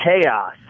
chaos